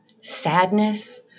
sadness